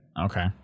Okay